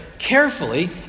carefully